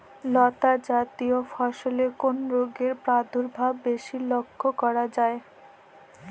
লতাজাতীয় ফসলে কোন রোগের প্রাদুর্ভাব বেশি লক্ষ্য করা যায়?